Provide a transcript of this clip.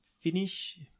finish